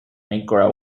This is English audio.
nigra